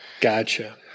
Gotcha